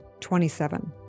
27